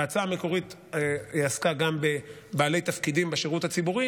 ההצעה המקורית עסקה גם בבעלי תפקידים בשירות הציבורי,